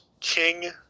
king